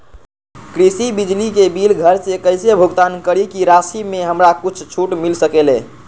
कृषि बिजली के बिल घर से कईसे भुगतान करी की राशि मे हमरा कुछ छूट मिल सकेले?